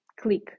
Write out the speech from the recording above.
click